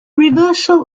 reversal